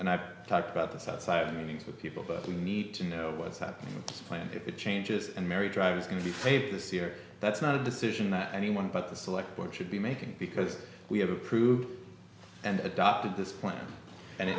and i've talked about this outside of meetings with people but we need to know what's happening with plan b if it changes and mary drive is going to be favored this year that's not a decision that anyone but the select what should be making because we have approved and adopted this plan and